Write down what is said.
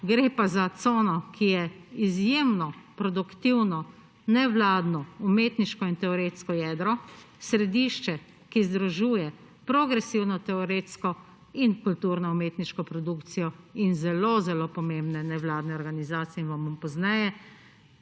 gre pa za cono, ki je izjemno produktivno nevladno, umetniško in teoretsko jedro, središče, ki združuje progresivno teoretsko in kulturno-umetniško produkcijo in zelo, zelo pomembne nevladne organizacije. Vam bom pozneje